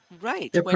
Right